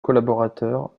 collaborateurs